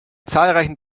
zahlreichen